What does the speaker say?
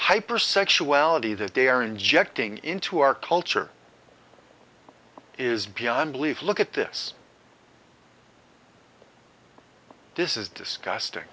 hyper sexuality that they are injecting into our culture is beyond belief look at this this is disgusting